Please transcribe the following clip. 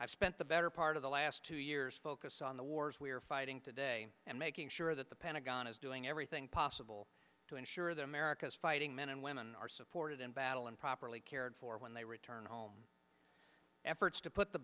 i've spent the better part of the last two years focus on the wars we're fighting today and making sure that the pentagon is doing everything possible to ensure that america's fighting men and women are supported in battle and properly cared for when they return home efforts to put the